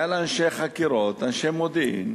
שהיו לה אנשי חקירות ואנשי מודיעין,